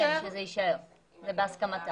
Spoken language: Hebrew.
כן, שזה יישאר, זה בהסכמתה.